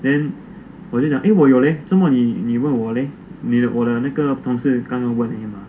then 我就讲 eh 我有勒做么你你问我勒我的那个同事刚刚问而已嘛